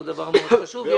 זה דבר מאוד חשוב.